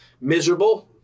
miserable